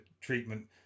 treatment